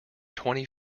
twenty